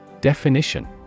Definition